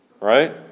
right